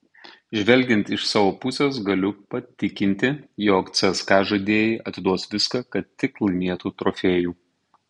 žvelgiant iš savo pusės galiu patikinti jog cska žaidėjai atiduos viską kad tik laimėtų trofėjų